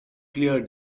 clear